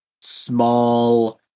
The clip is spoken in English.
small